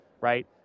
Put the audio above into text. right